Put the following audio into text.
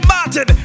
Martin